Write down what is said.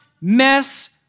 mess